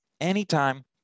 anytime